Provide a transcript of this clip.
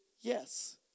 yes